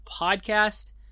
podcast